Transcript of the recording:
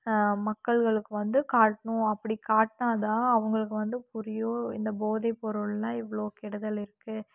மக்கள்களுக்கு வந்து காட்டணும் அப்படி காட்டினா தான் அவங்களுக்கு வந்து புரியும் இந்த போதை பொருள்னால் இவ்வளோ கெடுதலிருக்கு